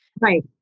Right